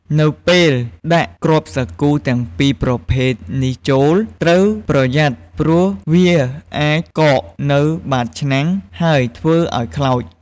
នៅពេលដាក់គ្រាប់សាគូទាំងពីរប្រភេទនេះចូល ត្រូវប្រយ័ត្នព្រោះវាអាចកកនៅបាតឆ្នាំង ហើយធ្វើឱ្យខ្លោច។